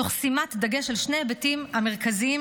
תוך שימת דגש על שני ההיבטים המרכזיים